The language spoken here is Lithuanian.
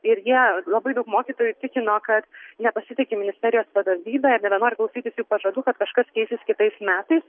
ir jie labai daug mokytojų tikino kad nepasitiki ministerijos vadovybe ir nebenori klausytis jų pažadų kad kažkas keisis kitais metais